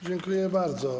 Dziękuję bardzo.